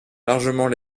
largement